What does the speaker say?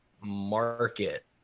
market